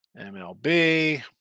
MLB